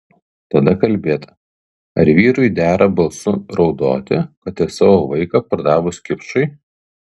tada kalbėta ar vyrui dera balsu raudoti kad ir savo vaiką pardavus kipšui